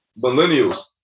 Millennials